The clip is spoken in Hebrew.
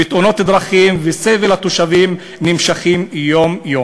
ותאונות הדרכים והסבל לתושבים נמשכים יום-יום.